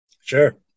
Sure